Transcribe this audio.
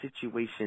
situation